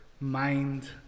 mind